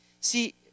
see